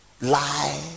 lie